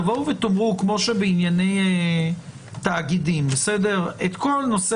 תבואו ותאמרו שכמו שבענייני תאגידים את כל נושא